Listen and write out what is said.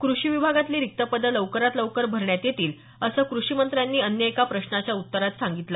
कृषी विभागातली रिक्त पदं लवकरात लवकर भरण्यात येतील असं कृषीमंत्र्यांनी अन्य एका प्रश्नाच्या उत्तरात सांगितलं